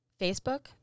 Facebook